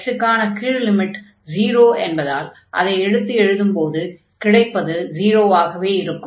x க்கான கீழ் limit 0 என்பதால் அதை எடுத்து எழுதும்போது கிடைப்பது 0 ஆகவே இருக்கும்